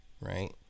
right